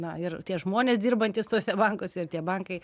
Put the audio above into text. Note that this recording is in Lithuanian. na ir tie žmonės dirbantys tuose bankuose ir tie bankai